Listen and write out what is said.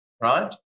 right